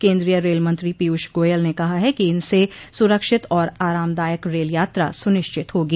केन्द्रीय रेल मंत्री पीयूष गोयल ने कहा है कि इनस सुरक्षित और आरामदायक रेल यात्रा सुनिश्चित होगी